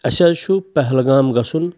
اَسہِ حظ چھُ پہلگام گژھُن